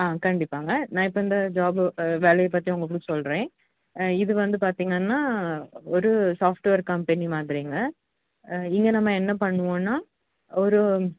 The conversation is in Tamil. ஆ கண்டிப்பாங்க நான் இப்போ இந்த ஜாப்பு வேலையை பற்றி உங்களுக்கு சொல்கிறேன் இது வந்து பார்த்தீங்கன்னா ஒரு சாஃப்ட்வேர் கம்பெனி மாதிரிங்க இங்கே நம்ம என்ன பண்ணுவோன்னால் ஒரு